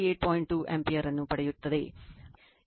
ಇತರ ಫಾಸರ್ ರೇಖಾಚಿತ್ರವನ್ನು ಸ್ವತಃ ಮಾಡಿ